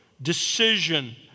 Decision